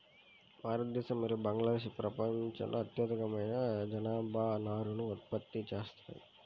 భారతదేశం మరియు బంగ్లాదేశ్ ప్రపంచంలో అత్యధిక మొత్తంలో జనపనారను ఉత్పత్తి చేస్తాయి